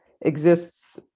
exists